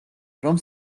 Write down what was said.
რომ